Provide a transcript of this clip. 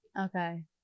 Okay